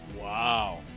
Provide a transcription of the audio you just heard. Wow